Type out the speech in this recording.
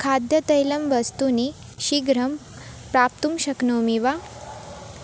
खाद्यतैलं वस्तूनि शीघ्रं प्राप्तुं शक्नोमि वा